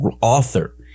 author